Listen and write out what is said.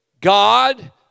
God